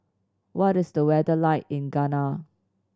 what is the weather like in Ghana